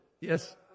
yes